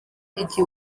igihe